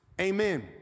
amen